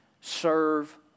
serve